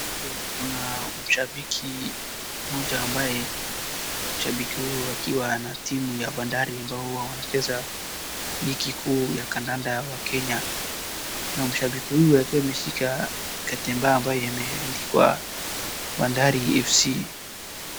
Hapo kuna shabiki mmoja ambaye shabiki huyu akiwa na timu ya bandari ambayo wanacheza ligi kuu ya kandanda wa Kenya, na mshabiki huyu akiwa ameshika kitambaa ambayo imeandikwa bandari FC .